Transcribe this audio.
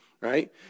right